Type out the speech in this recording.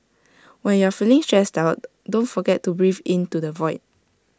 when you are feeling stressed out don't forget to breathe into the void